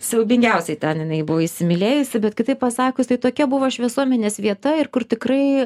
siaubingiausiai ten jinai buvo įsimylėjusi bet kitaip pasakius tai tokia buvo šviesuomenės vieta ir kur tikrai